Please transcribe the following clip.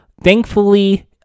Thankfully